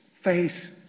face